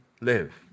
live